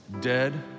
dead